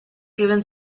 given